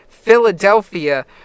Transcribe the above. Philadelphia